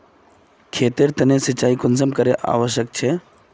खेतेर तने सिंचाई कुंसम करे आवश्यक छै?